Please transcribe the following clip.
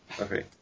Okay